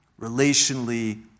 relationally